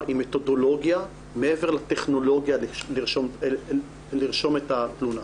עם מתודולוגיה מעבר לטכנולוגיה לרשום את התלונה.